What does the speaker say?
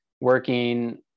working